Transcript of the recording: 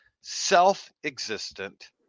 self-existent